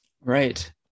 right